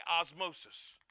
osmosis